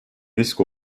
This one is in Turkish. risk